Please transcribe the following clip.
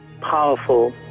powerful